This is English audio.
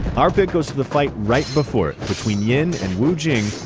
our pick goes to the fight right before it, between yen and wu jing,